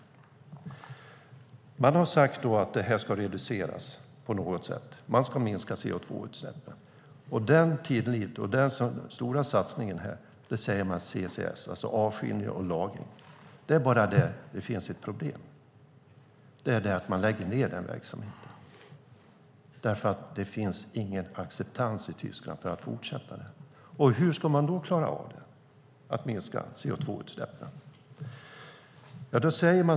De har sagt att de ska reducera CO2-utsläppen på något sätt. Den stora satsningen är CCS, avskiljning och lagring. Det är bara det att det finns ett problem, och det är att den verksamheten läggs ned eftersom det inte finns någon acceptans i Tyskland för att fortsätta den. Hur ska de då klara av att minska CO2-utsläppen?